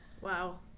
wow